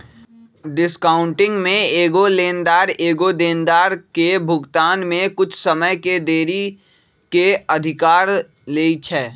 discounting में एगो लेनदार एगो देनदार के भुगतान में कुछ समय के देरी के अधिकार लेइ छै